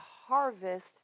harvest